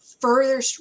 further